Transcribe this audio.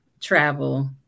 travel